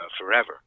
forever